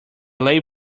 lay